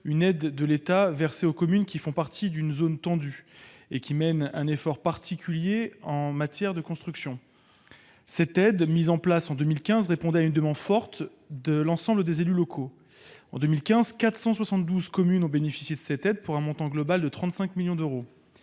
une aide de l'État versée aux communes qui font partie d'une zone tendue et mènent un effort particulier en matière de construction. Cette aide, mise en place en 2015, répondait à une demande forte de l'ensemble des élus locaux. En 2015, 472 communes en ont bénéficié, pour un montant global de 35 millions d'euros.